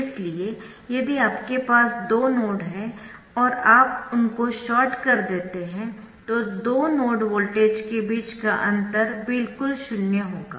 इसलिए यदि आपके पास दो नोड है और आप उनको शार्ट कर देते है तो दो नोड वोल्टेज के बीच का अंतर बिल्कुल शून्य होगा